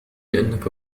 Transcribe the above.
لأنك